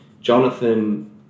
Jonathan